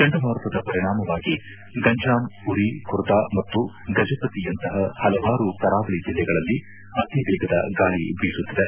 ಚಂಡ ಮಾರುತದ ಪರಿಣಾಮವಾಗಿ ಗಂಜಾಂ ಪುರಿ ಖುರ್ದಾ ಮತ್ತು ಗಜಪತಿಯಂತಹ ಹಲವಾರು ಕರಾವಳಿ ಜಿಲ್ಲೆಗಳಲ್ಲಿ ಅತಿವೇಗದ ಗಾಳಿ ಬೀಸುತ್ತಿದೆ